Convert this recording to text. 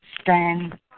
stand